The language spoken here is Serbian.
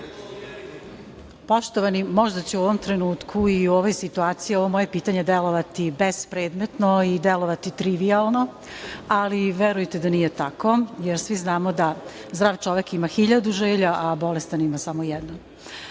možda će u ovom trenutku i u ovoj situaciji ovo moje pitanje delovati bespredmetno i delovati trivijalno, ali verujte da nije tako, jer svi znamo da zdrav čovek ima hiljadu želja, a bolestan ima samo jednu. Stoga